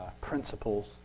principles